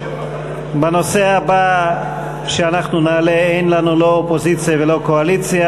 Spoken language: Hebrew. בנושא הבא שנעלה אין לנו לא אופוזיציה ולא קואליציה.